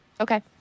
Okay